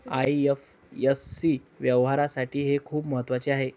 IFSC व्यवहारासाठी हे खूप महत्वाचे आहे